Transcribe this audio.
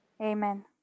Amen